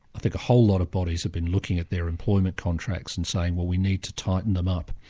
i think a whole lot of bodies have been looking at their employment contracts and saying well we need to tighten them up.